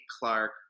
Clark